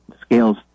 Scales